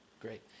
Great